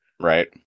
Right